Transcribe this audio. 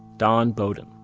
dawn beaudin.